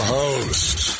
host